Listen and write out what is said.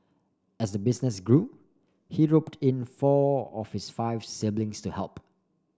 as the business grew he roped in four of his five siblings to help